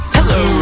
Hello